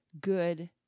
good